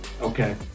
Okay